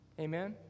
Amen